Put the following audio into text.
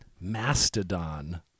Mastodon